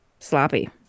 sloppy